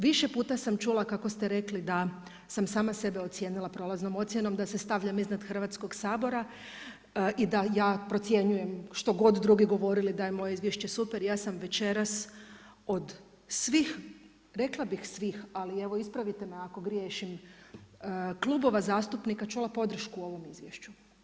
Više puta sam čula kako ste rekli da sam sama sebe ocijenila prolaznom ocjenom, da se stavljam iznad Hrvatskog sabora i da ja procjenjujem što god drugi govorili da je moje izvješće super, ja sam večeras od svih, rekla bih svih ali evo ispravite me ako griješim, klubova zastupnika čula podršku ovom izvješću.